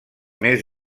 més